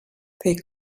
they